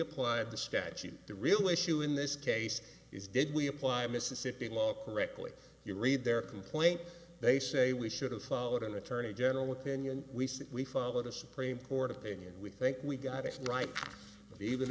applied the statute the real issue in this case is did we apply mississippi law correctly you read their complaint they say we should have followed an attorney general within you know we said we follow the supreme court opinion we think we got it right even